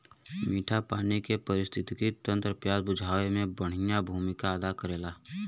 मीठा पानी के पारिस्थितिकी तंत्र प्यास बुझावे में बड़ियार भूमिका अदा करेला